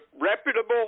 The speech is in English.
reputable